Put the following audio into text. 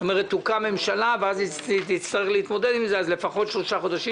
כלומר תוקם ממשלה ואז היא תצטרך להתמודד עם זה אז לפחות שלושה חודשים,